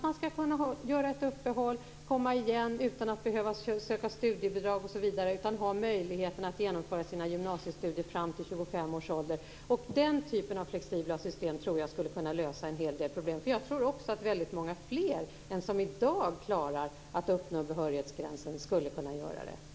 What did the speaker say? Man skall kunna göra ett uppehåll och sedan komma igen utan att behöva söka studiebidrag, dvs. ha möjlighet att genomföra sina gymnasiestudier fram till 25 års ålder. Den typen av flexibla system tror jag skulle kunna lösa en hel del problem. Jag tror också att väldigt många fler än de som i dag klarar att uppnå behörighetsgränsen på så sätt skulle kunna göra det.